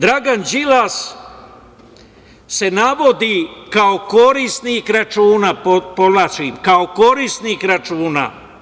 Dragan Đilas se navodi kao korisnik računa, podvlačim, kao korisnik računa.